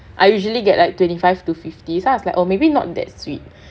I usually get like twenty five to fifty so I was like oh maybe not that sweet